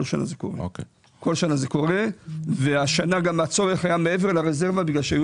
כל שנה זה קורה והשנה גם הצורך היה מעבר לרזרבה בגלל שהיו